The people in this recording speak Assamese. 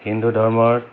হিন্দু ধৰ্মত